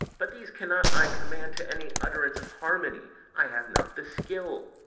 but these cannot i command to any utterance of harmony i have not the skill.